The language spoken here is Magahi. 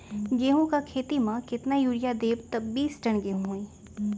गेंहू क खेती म केतना यूरिया देब त बिस टन गेहूं होई?